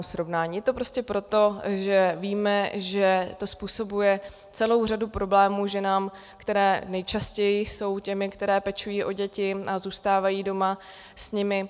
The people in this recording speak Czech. Je to prostě proto, že víme, že to způsobuje celou řadu problémů ženám, které nejčastěji jsou těmi, které pečují o děti a zůstávají doma s nimi.